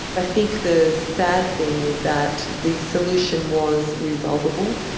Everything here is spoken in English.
i think the sad thing is that the situation was resolvable,